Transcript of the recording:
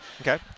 Okay